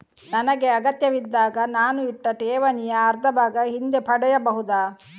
ನನಗೆ ಅಗತ್ಯವಿದ್ದಾಗ ನಾನು ಇಟ್ಟ ಠೇವಣಿಯ ಅರ್ಧಭಾಗ ಹಿಂದೆ ಪಡೆಯಬಹುದಾ?